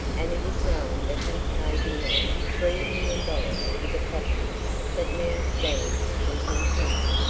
and it is known that he paid nearly three million dollars for the property that now stands in his name.